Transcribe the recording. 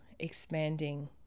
expanding